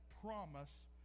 promise